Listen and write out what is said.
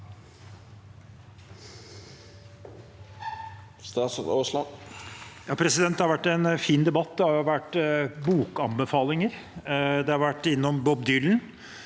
Det har vært en fin debatt. Det har vært bokanbefalinger, en har vært innom Bob Dylan,